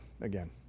again